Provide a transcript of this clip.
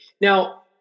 Now